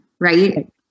right